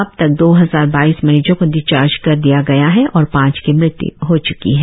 अब तक दो हजार बाइस मरीजो को डिचार्ज कर दिया गया है और पांच की मृत्यु हो चुकी है